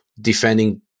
defending